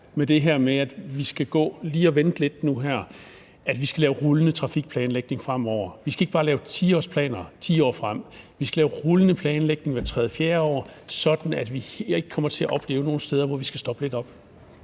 til det her med, at vi lige skal vente lidt nu her, altså at vi skal lave rullende trafikplanlægning fremover. Vi skal ikke bare lave 10-årsplaner, kigge 10 år frem, men vi skal lave rullende planlægning hvert tredje-fjerde år, sådan at vi ikke kommer til at opleve nogen steder, hvor vi skal stoppe lidt op.